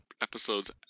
episodes